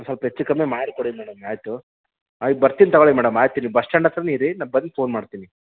ಒಂದ್ಸ್ವಲ್ಪ ಹೆಚ್ಚು ಕಮ್ಮಿ ಮಾಡಿಕೊಡಿ ಮೇಡಮ್ ಆಯಿತು ಆಯ್ತು ಬರ್ತೀನಿ ತಗೊಳ್ಳಿ ಮೇಡಮ್ ಆಯ್ತು ಇರಿ ಬಸ್ಸ್ಟ್ಯಾಂಡ್ ಹತ್ತಿರನೇ ಇರಿ ನಾನು ಬಂದು ಫೋನ್ ಮಾಡ್ತೀನಿ